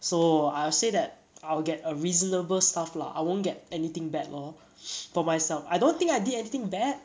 so I would say that I'll get a reasonable stuff lah I won't get anything bad lor for myself I don't think I did anything bad